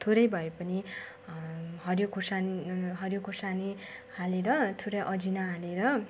थोरै भए पनि हरियो खोर्सानी हरियो खोर्सानी हालेर थोरै अजिना हालेर